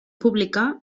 publicà